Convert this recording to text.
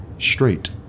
Straight